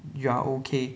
you are okay